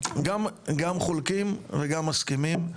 גם חולקים וגם מסכימים.